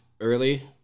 early